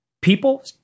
People